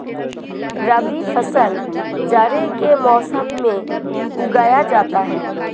रबी फसल जाड़े के मौसम में उगाया जाता है